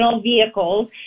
vehicles